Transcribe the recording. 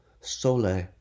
sole